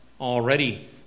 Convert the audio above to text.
already